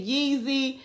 Yeezy